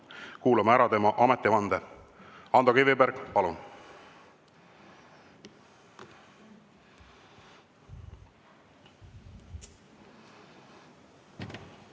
kuulame ära tema ametivande. Ando Kiviberg, palun!